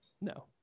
No